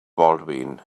baldwin